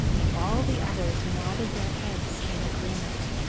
and all the others nodded their heads in agreement.